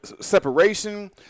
separation